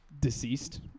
deceased